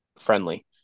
friendly